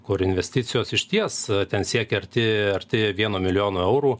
kur investicijos išties ten siekia arti arti vieno milijono eurų